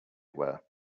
were